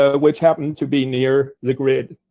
ah which happen to be near the grid.